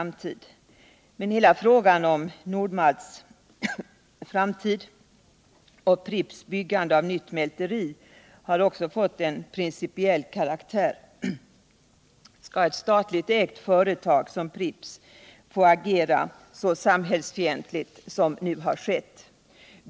Men frågan om Nord-Malts framtid och byggandet av ett nytt mälteri för Pripps har också en principiell karaktär. Skall ett statligt ägt företag som Pripps få agera så samhällsfientligt som nu har skett?